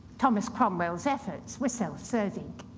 thomas cromwell's efforts were self-serving.